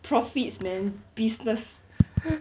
profits man business